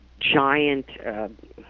Giant